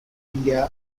india